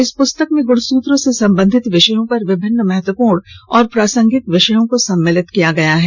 इस पुस्तक में गुणसूत्रों से संबंधित विषयों पर विभिन्न महत्वपूर्ण और प्रासंगिक विषयों को सम्मिलित किया गया है